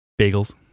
bagels